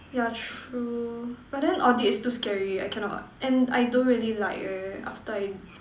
yeah true but then audit is too scary I cannot and I don't really like eh after I